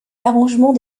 arrangements